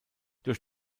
durch